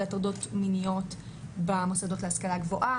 הטרדות מיניות במוסדות להשכלה גבוהה.